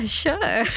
sure